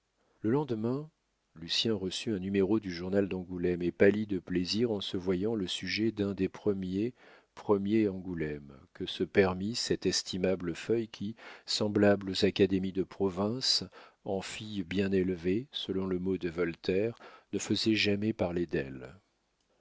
le lendemain lucien reçut un numéro du journal d'angoulême et pâlit de plaisir en se voyant le sujet d'un des premiers premiers angoulême que se permit cette estimable feuille qui semblable aux académies de province en fille bien élevée selon le mot de voltaire ne faisait jamais parler d'elle